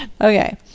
Okay